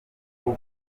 bwo